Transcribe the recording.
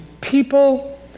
people